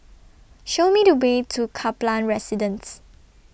Show Me The Way to Kaplan Residence